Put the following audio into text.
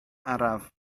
araf